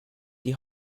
die